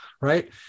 right